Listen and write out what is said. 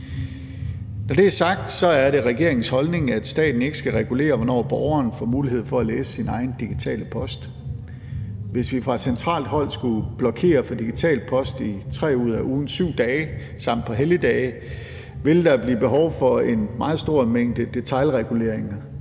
Når det er sagt, er det regeringens holdning, at staten ikke skal regulere, hvornår borgeren får mulighed for at læse sin egen digitale post. Hvis vi fra centralt hold skulle blokere for digital post i 3 ud af ugens 7 dage samt på helligdage, ville der blive behov for en meget stor mængde detailregulering